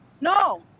No